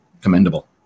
commendable